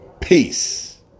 Peace